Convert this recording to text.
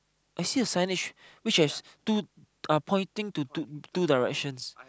I see a signage which has two pointing to two two directions